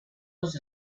sus